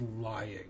lying